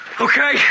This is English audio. okay